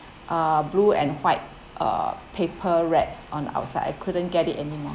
uh blue and white uh paper wraps on outside I couldn't get it anymore